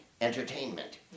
entertainment